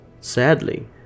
Sadly